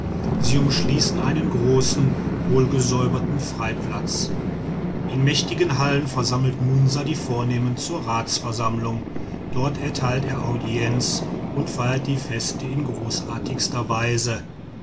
sie umschließen einen großen wohlgesäuberten freiplatz in mächtigen hallen versammelt munsa die vornehmen zur ratsversammlung dort erteilt er audienz und feiert die feste in großartigster weise